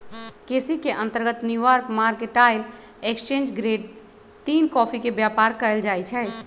केसी के अंतर्गत New York mercantile exchange grade तीन कॉफी के व्यापार कएल जाइ छइ